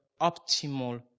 optimal